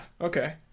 okay